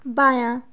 بایاں